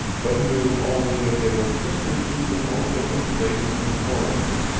but knew only that they were twisting through the most open places in the forests,